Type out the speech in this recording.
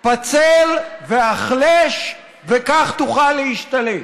פצל והחלש, וכך תוכל להשתלט.